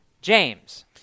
James